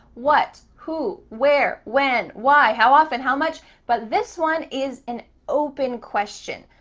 what, who, where, when, why, how often, how much. but this one is an open question.